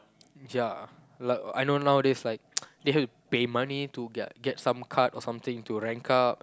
ya like I know nowadays like they have to pay money to get get some card or something to rank up